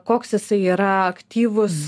koks jisai yra aktyvus